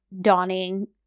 dawning